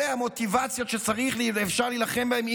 אלה המוטיבציות שצריך ואפשר להילחם בהן,